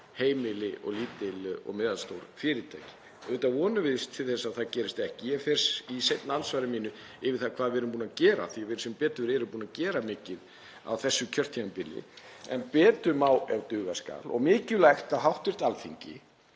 heimili og lítil og meðalstór fyrirtæki. Auðvitað vonumst við til að það gerist ekki. Ég fer í seinna andsvari mínu yfir það hvað við erum búin að gera af því að við erum sem betur fer búin að gera mikið á þessu kjörtímabili. En betur má ef duga skal og mikilvægt að hv. Alþingi